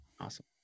Awesome